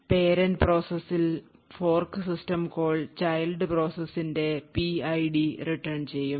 parent പ്രോസസ്സിൽ fork system call child പ്രോസസ്സിന്റെ PID return ചെയ്യും